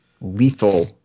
lethal